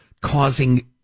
causing